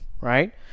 right